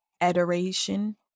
adoration